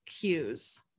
cues